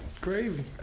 Gravy